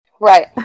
right